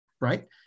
right